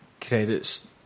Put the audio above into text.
credits